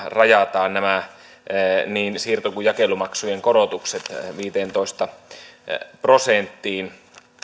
rajataan niin siirto kuin jakelumaksujen korotukset viiteentoista prosenttiin